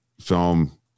film